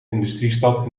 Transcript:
industriestad